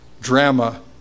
drama